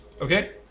Okay